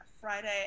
Friday